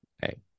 hey